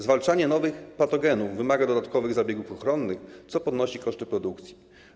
Zwalczanie nowych patogenów wymaga dodatkowych zabiegów ochronnych, co podnosi koszty produkcji.